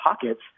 pockets